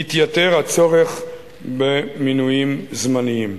יתייתר הצורך במינויים זמניים.